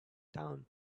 town